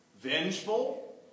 Vengeful